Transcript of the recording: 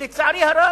לצערי הרב,